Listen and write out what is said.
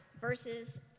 verses